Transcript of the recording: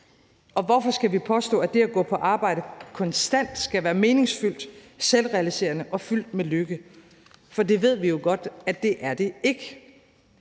Og hvorfor skal vi påstå, at det at gå på arbejde konstant skal være meningsfyldt, selvrealiserende og fyldt med lykke? Det ved vi jo godt at det ikke